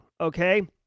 Okay